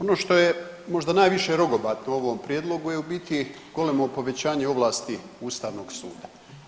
Ono što je možda najviše rogobatno u ovom Prijedlogu je u biti golemo povećanje ovlasti Ustavnog suda.